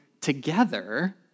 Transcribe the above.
together